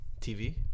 TV